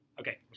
Okay